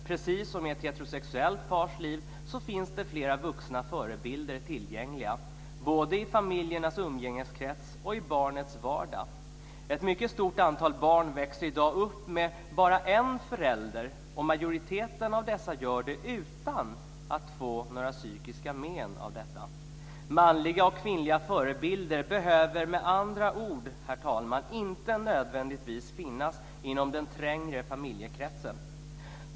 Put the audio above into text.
Precis som i ett heterosexuellt pars liv finns det flera vuxna förebilder tillgängliga, både i familjernas umgängeskrets och i barnets vardag. Ett mycket stort antal barn växer i dag upp med bara en förälder, och majoriteten av dessa gör det utan att få några psykiska men av detta. Manliga och kvinnliga förebilder behöver med andra ord inte nödvändigtvis finnas inom den trängre familjekretsen.